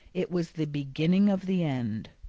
it was the beginning of the end!